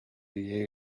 the